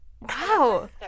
Wow